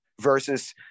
versus